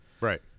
Right